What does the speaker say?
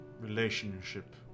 relationship